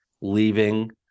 leaving